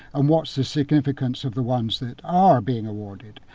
and what's the significance of the ones that are being awarded.